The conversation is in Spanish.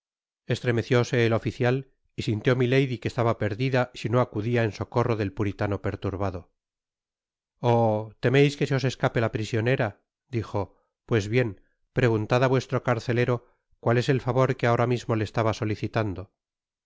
plática estremecióse el oficial y sintió milady que estaba perdida si no acudia en socorro del puriiano perturbado oh temeis que se os escape la prisionera dijo pues bien preguntad á vuestro carcelero cuál es el favor queabora mismo le estaba solicitando